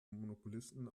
monopolisten